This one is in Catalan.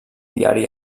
diari